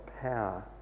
power